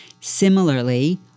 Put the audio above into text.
Similarly